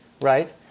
right